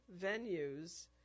venues